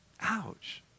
Ouch